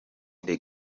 the